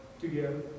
together